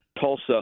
Tulsa